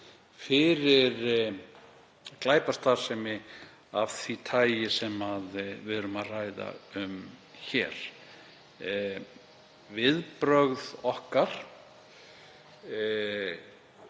fyrir glæpastarfsemi af því tagi sem við erum að ræða. Viðbrögð okkar